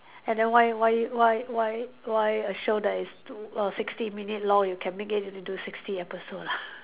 and then why why why why why a show that is t~ uh sixty minute long you can make it into sixty episode ah